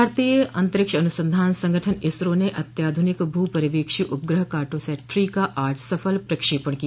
भारतीय अंतरिक्ष अनुसंधान संगठन इसरो ने अत्याधुनिक भू पर्यवेक्षी उपग्रह कार्टोसैट थ्री का आज सफल प्रक्षेपण किया